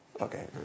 Okay